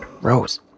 Rose